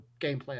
gameplay